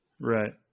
Right